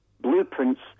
blueprints